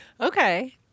Okay